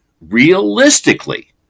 realistically